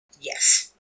Yes